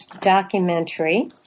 documentary